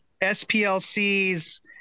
splc's